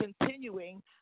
continuing